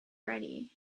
ready